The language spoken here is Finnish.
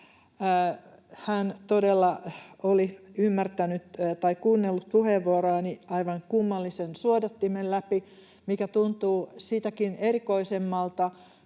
oli kuunnellut puheenvuoroani aivan kummallisen suodattimen läpi, mikä tuntuu sitäkin erikoisemmalta,